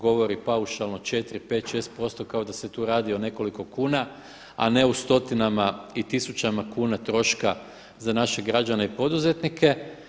Govori paušalno 4, 5, 6% kao da se tu radi o nekoliko kuna, a ne o stotinama i tisućama kuna troška za naše građane i poduzetnike.